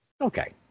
Okay